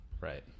Right